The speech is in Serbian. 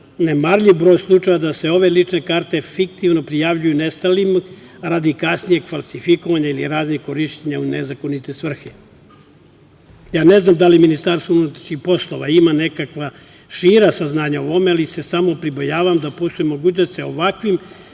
nezanemarljiv broj slučajeva da se ove lične karte fiktivno prijavljuju nestalim radi kasnijeg falsifikovanja ili korišćenja u nezakonite svrhe. Ne znam da li Ministarstvo unutrašnjih poslova ima nekakva šira saznanja o ovome, ali se samo pribojavam da postoji mogućnost da ovakvim